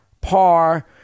par